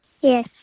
Yes